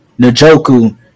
Najoku